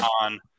on